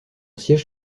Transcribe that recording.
siège